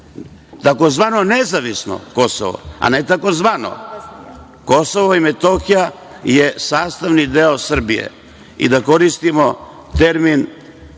tzv. nezavisno Kosovo, a ne tzv. Kosovo i Metohija je sastavni deo Srbije i da koristimo termin,